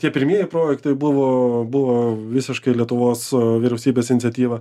tie pirmieji projektai buvo buvo visiškai lietuvos vyriausybės iniciatyva